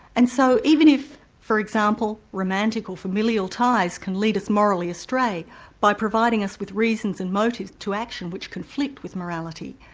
and so even if for example, romantic or familial ties can lead us morally astray by providing us with reasons and motives to action which conflict with morality,